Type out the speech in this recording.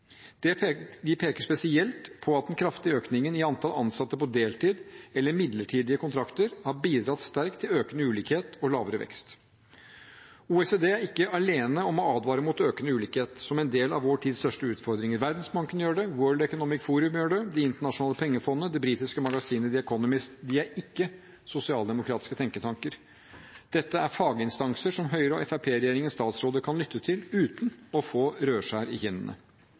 5 pst. De peker spesielt på at den kraftige økningen i antall ansatte på deltid eller midlertidige kontrakter har bidratt sterkt til økende ulikhet og lavere vekst. OECD er ikke alene om å advare mot økende ulikhet som en del av vår tids største utfordring. Verdensbanken gjør det, World Economic Forum gjør det, og Det internasjonale pengefondet og det britiske magasinet The Economist gjør det. De er ikke sosialdemokratiske tenketanker. Dette er faginstanser som Høyre–Fremskrittsparti-regjeringens statsråder kan lytte til uten å få rødskjær i kinnene.